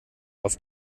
auf